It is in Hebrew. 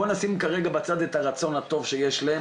בוא נשים רגע בצד את הרצון הטוב שיש להם,